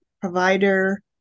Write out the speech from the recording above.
provider